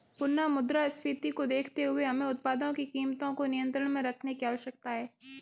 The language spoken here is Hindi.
पुनः मुद्रास्फीति को देखते हुए हमें उत्पादों की कीमतों को नियंत्रण में रखने की आवश्यकता है